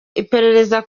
iperereza